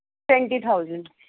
twenty thousand